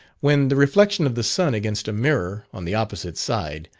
when the reflection of the sun against a mirror, on the opposite side,